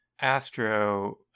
Astro